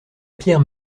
pierre